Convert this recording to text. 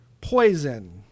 Poison